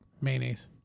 Mayonnaise